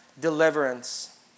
deliverance